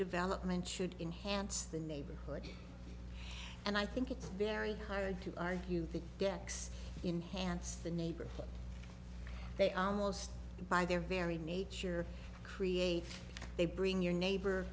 development should enhance the neighborhood and i think it's very hard to argue that gets enhanced the neighborhood they almost by their very nature create they bring your neighbor